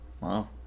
Wow